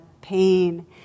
pain